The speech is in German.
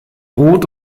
rot